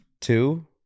Two